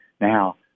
Now